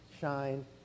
shine